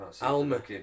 Alma